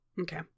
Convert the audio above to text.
okay